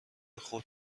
خود